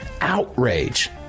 Outrage